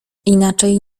inaczej